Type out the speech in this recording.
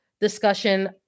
discussion